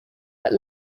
but